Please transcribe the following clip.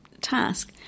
task